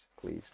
please